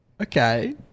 Okay